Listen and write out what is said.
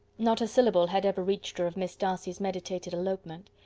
not a syllable had ever reached her of miss darcy's meditated elopement.